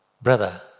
Brother